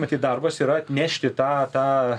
matyt darbas yra atnešti tą tą